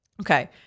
Okay